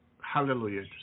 hallelujah